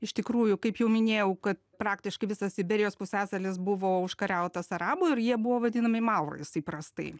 iš tikrųjų kaip jau minėjau kad praktiškai visas iberijos pusiasalis buvo užkariautas arabų ir jie buvo vadinami maurais įprastai